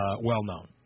well-known